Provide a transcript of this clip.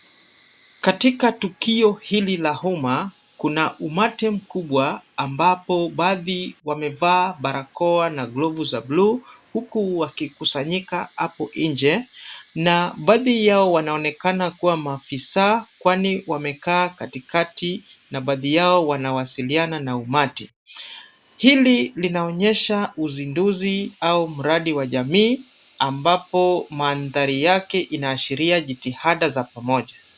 Katika tukio hili la umma, kuna umati mkubwa ambapo baadhi wamevaa barakoa na glavu za bluu huku wakikusanyika hapo nje. Na baadhi yao wanaonekana kua maafisa, kwani wamekaa katikati na baadhi yao wakiwasiliana na umati. Hili linaonyesha uzinduzi au mradi wa jamii ambapo maandhari yake inaashiria jitihada za pamoja.